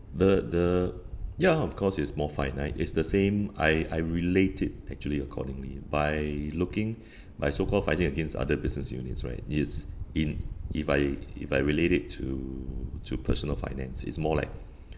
the the ya of course it's more finite it's the same I I relate it actually accordingly by looking by so called fighting against other business units right it's in if I if I relate it to to personal finance it's more like